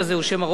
הוא שם ארוך מדי.